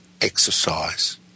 exercise